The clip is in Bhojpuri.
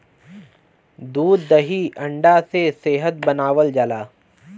दूध दही अंडा से सेहत बनावल जाला